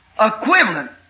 equivalent